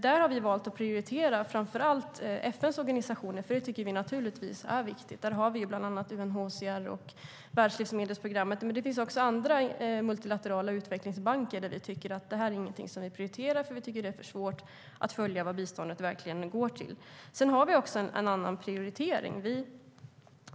Därför har vi valt att prioritera framför allt FN:s organisationer, bland annat UNHCR och Världslivsmedelsprogrammet. Det finns dock andra multilaterala utvecklingsbanker som vi inte har prioriterat eftersom vi tycker att det är för svårt att följa vad biståndet verkligen går till. Sedan har vi också en annan prioritering.